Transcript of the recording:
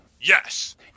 Yes